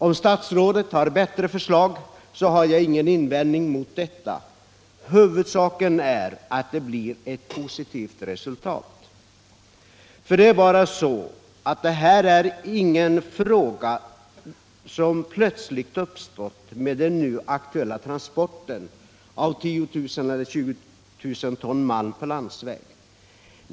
Om statsrådet har bättre förslag har jag ingenting emot detta, huvudsaken äratt det blir positivt resultat. Denna fråga har inte plötsligt uppstått med den nu aktuella transporten av 10 000 eller 20 000 ton malm på landsväg.